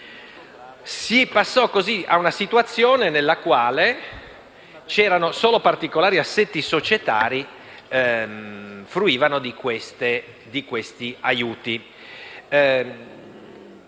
Si passò così ad una situazione nella quale solo particolari assetti societari fruivano di questi aiuti.